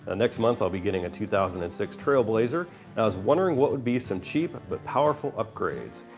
ah next month i will be getting a two thousand and six trailblazer and i was wondering what would be some cheap but powerful upgrades?